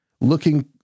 looking